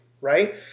right